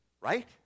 Right